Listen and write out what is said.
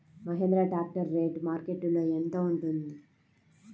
Mahindra tractor rate మార్కెట్లో యెంత ఉంటుంది?